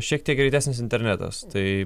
šiek tiek greitesnis internetas tai